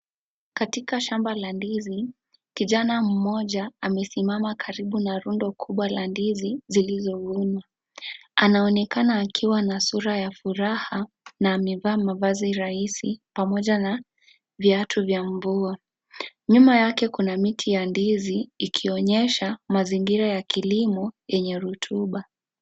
Katika shamba la ndizi, kijana mmoja amesimama karibu na rundo kubwa la ndizi zilizovunwa. Anaonekana akiwa na sura ya furaha, na amevaa mavazi rahisi, pamoja na viatu vya mvua. Nyuma yake kuna miti ya ndizi, ikionyesha mazingira ya kilimo yenye rutuba.